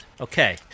Okay